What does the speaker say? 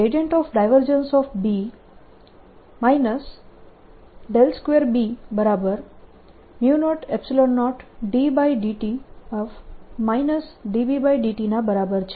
B 2B00∂t B∂t ના બરાબર છે